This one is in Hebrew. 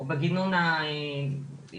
או בגינון העירוני,